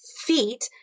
feet